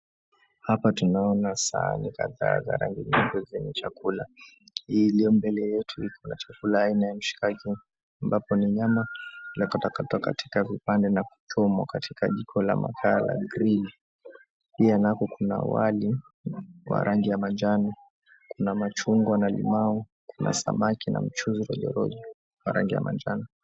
Hapa tunaona sahani kadhaa za rangi nyingi zenye chakula. Hii iliyo mbele yetu liko na chakula aina mshikaki ambapo ni nyama iliyokatwa katika vipande na kuchomwa katikajiko la makaa la green . Pia hapo kuna wali wa rangi ya manjano, kuna machungwa na limau, kuna samaki na mchuzi rojorojo wa rangi ya manjano.